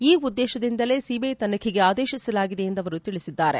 ಈ ಉದ್ದೇಶದಿಂದಲೇ ಸಿಬಿಐ ತನಿಖೆಗೆ ಆದೇತಿಸಲಾಗಿದೆ ಎಂದು ಅವರು ತಿಳಿಸಿದ್ದಾರೆ